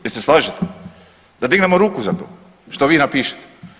Jel se slažete da dignemo ruku za to što vi napišete?